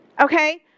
Okay